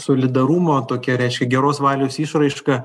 solidarumo tokia reiškia geros valios išraiška